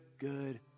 good